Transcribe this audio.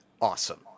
awesome